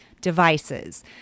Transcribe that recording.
devices